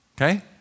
okay